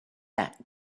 that